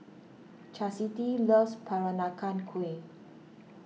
Chasity loves Peranakan Kueh